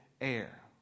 air